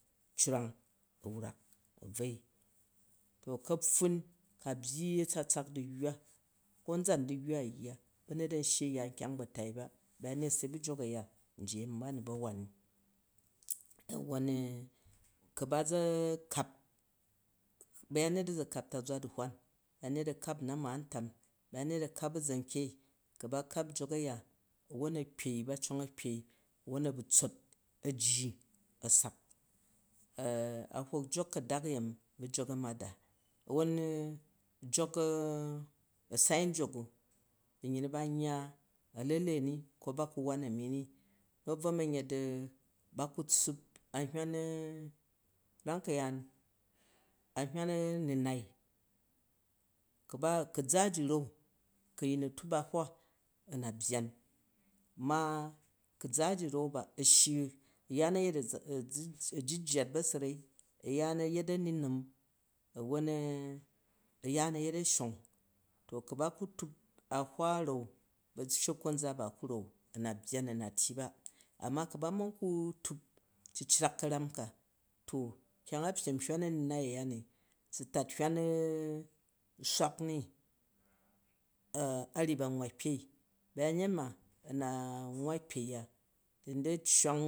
owang a wrak abvoi, to kapffun ka byyi atsatsak duyywa, kanʒan duyywa ayya, bauyet am shyi a ya nkyang batai ba, bayanet se bu jok aya yi ami ba nu ba wan ni, awwon, ku ba ʒa kap bayamet aʒakap a̱ntaʒwa du̱luwan bayanet a kap u na̱ ma-ntam, bayanet alkap aʒankyei ku ba kap jok aya awaon a cong a kpei, ba cong a kpei won a bu tsot ajji asak, a hok jok kadak ayemi bu jok amada. awon jak, asat njok u, amyyi mu bam yya alele ni ko ba ku wan amini, ba ku tsuup an hywan nu, karam kayaan an hywan annai, ku ba, kuʒajiran ku ayin a tup a̱hwa a na byyan, me ku ʒa ji ran ba a shyi, ayaan ayet ajijjat sarai ayaan a yet ammum awon ayaan a yet ashong. To ku ba kutup ahwa a rau̱ bashekkwot nʒa ba ku rau a na byyan, a na tyyi be, ama ku ba man ku tup cicak karamka to, kyang a pyyem hywan anunai aya ni su tat hywan swak ni a, a ryyi ba nwwa kpei bayanet ma a na nwwa kpei a dani di accwang